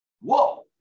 Whoa